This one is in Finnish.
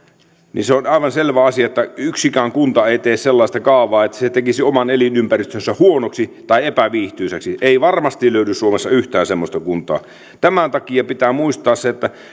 niin se on aivan selvä asia että yksikään kunta ei tee sellaista kaavaa että se tekisi oman elinympäristönsä huonoksi tai epäviihtyisäksi ei varmasti löydy suomessa yhtään semmoista kuntaa tämän takia pitää muistaa se että